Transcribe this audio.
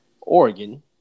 Oregon